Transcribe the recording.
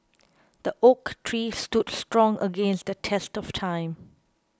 the oak tree stood strong against the test of time